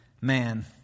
man